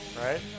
Right